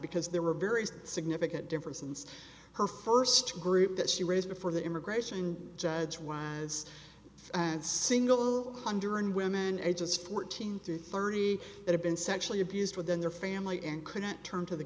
because there were very significant difference and her first group that she raised before the immigration judge was and single under and women ages fourteen through thirty that have been sexually abused within their family and couldn't turn to the